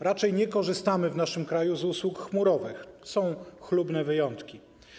Raczej nie korzystamy w naszym kraju z usług chmurowych, są chlubne wyjątki.